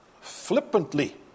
flippantly